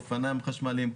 אופניים חשמליים,